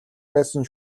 байсан